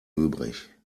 übrig